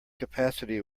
capacity